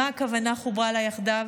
מה הכוונה "חוברה לה יחדיו"?